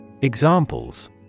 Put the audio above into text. Examples